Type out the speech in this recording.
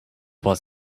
was